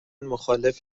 مخالف